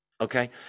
okay